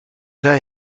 zei